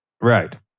Right